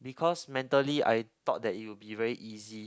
because mentally I thought that it will be very easy